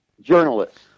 journalists